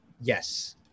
Yes